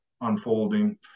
unfolding